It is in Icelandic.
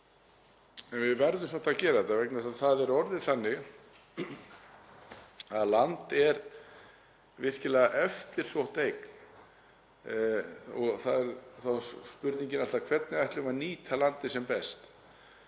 en við verðum samt að gera þetta vegna þess að það er orðið þannig að land er virkilega eftirsótt eign. Spurningin er alltaf: Hvernig ætlum við að nýta landið sem best?